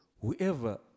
Whoever